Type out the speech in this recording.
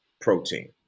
Protein